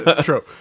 True